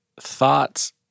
thoughts